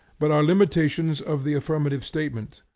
but are limitations of the affirmative statement,